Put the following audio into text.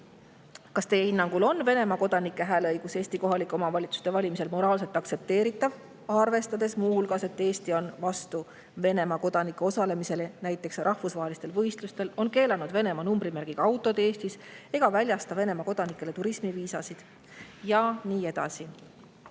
hinnangul on Venemaa kodanike hääleõigus Eesti kohalike omavalitsuste [volikogude] valimisel moraalselt aktsepteeritav, arvestades muu hulgas, et Eesti on vastu Venemaa kodanike osalemisele näiteks rahvusvahelistel võistlustel, on keelanud Venemaa numbrimärgiga autod Eestis ega väljasta Venemaa kodanikele turismiviisasid ja nii edasi?